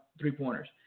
three-pointers